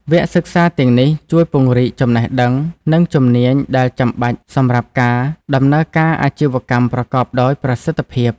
វគ្គសិក្សាទាំងនេះជួយពង្រីកចំណេះដឹង និងជំនាញដែលចាំបាច់សម្រាប់ការដំណើរការអាជីវកម្មប្រកបដោយប្រសិទ្ធភាព។